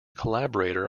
collaborator